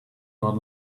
not